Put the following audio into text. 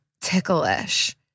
ticklish